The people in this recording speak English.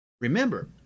remember